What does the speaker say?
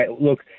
Look